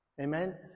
Amen